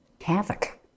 havoc